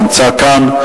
נמצא כאן.